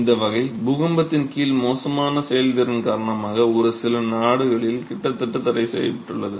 இந்த வகை பூகம்பத்தின் கீழ் மோசமான செயல்திறன் காரணமாக ஒரு சில நாடுகளில் கிட்டத்தட்ட தடைசெய்யப்பட்டுள்ளது